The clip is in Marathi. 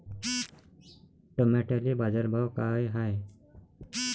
टमाट्याले बाजारभाव काय हाय?